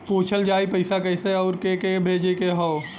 पूछल जाई पइसा कैसे अउर के के भेजे के हौ